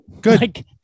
Good